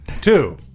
Two